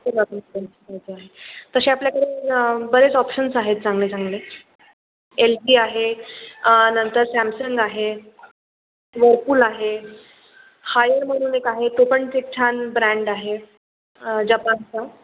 आहे तसे आपल्याकडे बरेच ऑप्शन्स आहेत चांगले चांगले एल पी आहे नंतर सॅमसंग आहे वर्पूल आहे हायर म्हणून एक आहे तो पण ते छान ब्रँड आहे जपानचा